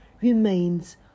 remains